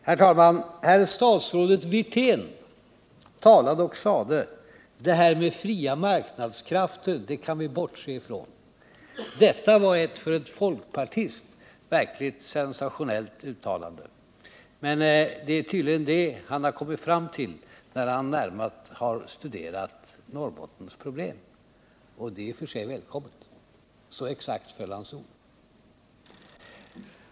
Herr talman! Herr statsrådet Wirtén talade och sade: Det här med fria marknadskrafter kan vi bortse från. Så föll hans ord. Detta var ett för en folkpartist verkligt sensationellt uttalande. Men det är tydligen det han har kommit fram till när han nära studerat Norrbottens problem, och det är i och för sig välkommet.